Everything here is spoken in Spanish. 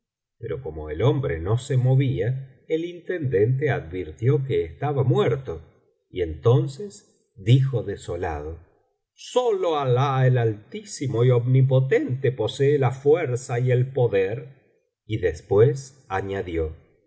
pero como el hombre no se movía el intendente advirtió que estaba muerto y entonces dijo desolado sólo alah el altísimo y omnipotente posee la fuerza y el poder y después añadió